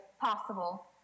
possible